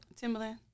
Timberland